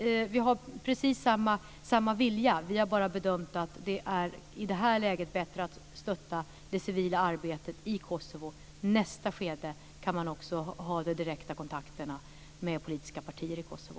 Vi har precis samma vilja, men vi har bara bedömt att det i det här läget är bättre att stötta det civila arbetet i Kosovo. I nästa skede kan man också ha de direkta kontakterna med politiska partier i Kosovo.